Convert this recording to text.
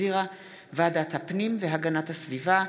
שהחזירה ועדת הפנים והגנת הסביבה.